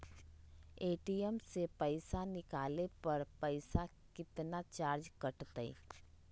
ATM से पईसा निकाले पर पईसा केतना चार्ज कटतई?